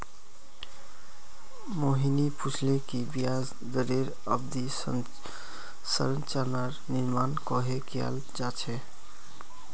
मोहिनी पूछले कि ब्याज दरेर अवधि संरचनार निर्माण कँहे कियाल जा छे